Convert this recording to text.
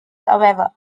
however